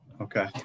Okay